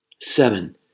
Seven